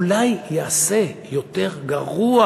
אולי ייעשה יותר גרוע,